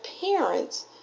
parents